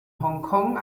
hongkong